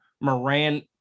Moran